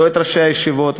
לא את ראשי הישיבות,